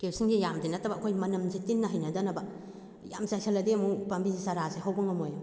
ꯀꯦꯔꯣꯁꯤꯟꯁꯦ ꯌꯥꯝꯅꯗꯤ ꯅꯠꯇꯕ ꯑꯩꯈꯣꯏ ꯃꯅꯝꯁꯦ ꯇꯤꯟꯅ ꯍꯩꯅꯗꯅꯕ ꯌꯥꯝ ꯆꯥꯏꯁꯜꯂꯗꯤ ꯑꯃꯨꯛ ꯄꯥꯝꯕꯤꯁꯦ ꯆꯔꯥꯁꯦ ꯍꯧꯕ ꯉꯝꯃꯣꯏ